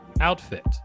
outfit